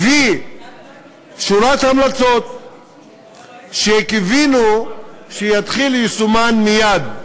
הביא שורת המלצות שקיווינו שיישומן יתחיל מייד,